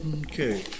Okay